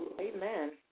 Amen